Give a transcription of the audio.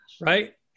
right